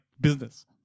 business